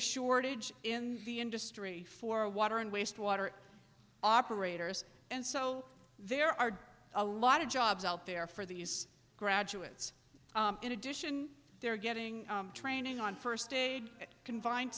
a shortage in the industry for water and wastewater operators and so there are a lot of jobs out there for these graduates in addition they're getting training on first aid confined